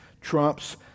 trumps